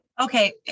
Okay